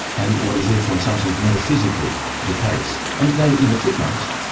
and what is therefore in some sense metaphysically the case. and they, in the footnotes,